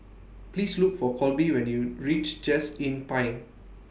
Please Look For Colby when YOU REACH Just Inn Pine